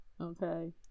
Okay